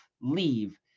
leave